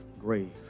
grave